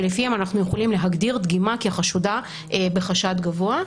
ולפיהם אנחנו יכולים להגדיר דגימה כחשודה בחשד גבוה,